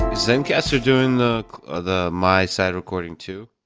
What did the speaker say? zencastr doing the the my side recording too?